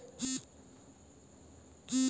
কোন মাটিতে জাফরান চাষ ভালো হয়?